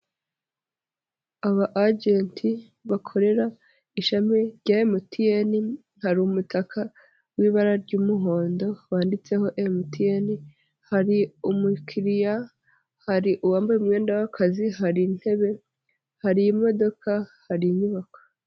Aba agent bakorera ishami rya MTN, hari umutaka w'ibara ry'umuhondo wanditseho MTN, hari umukiriya, hari uwambaye umwenda w'akazi ,hari intebe, hari imodoka, hari inyubako.